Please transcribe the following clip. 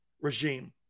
regime